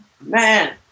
man